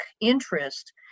interest